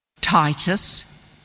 Titus